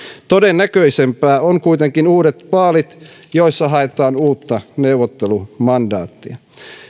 todennäköisempää on kuitenkin uudet vaalit joissa haetaan uutta neuvottelumandaattia